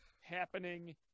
happening